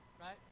right